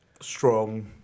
strong